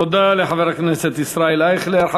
תודה לחבר הכנסת ישראל אייכלר.